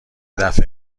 دفه